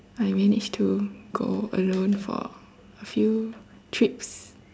I managed to go alone for a few trips